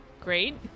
great